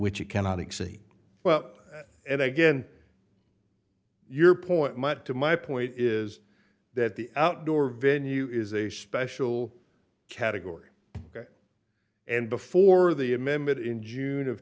which you cannot exceed well and again your point to my point is that the outdoor venue is a special category and before the amendment in june of